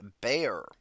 Bear